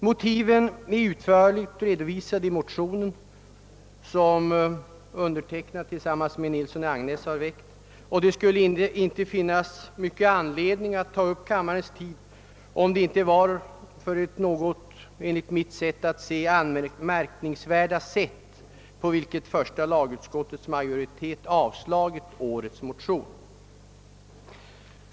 Motiven är utförligt redovisade i den motion som jag tillsammans med herr Nilsson i Agnäs har väckt, och det skulle inte finnas mycken anledning att ta upp kammarens tid, om det inte var för det enligt mitt sätt att se något anmärkningsvärda sätt, på vilket första lagutskottets majoritet avstyrkt vår motion.